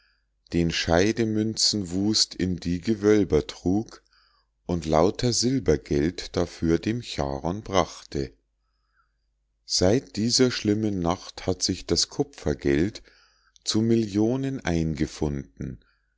den scheidemünzenwust in die gewölber trug und lauter silbergeld dafür dem charon brachte seit dieser schlimmen nacht hat sich das kupfergeld zu millionen eingefunden